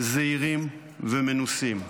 זהירים ומנוסים.